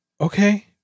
okay